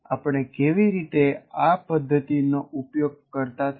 આપણે કેવી રીતે આ પદ્ધતિનો ઉપયોગ કરતા થયા